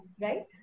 right